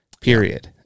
period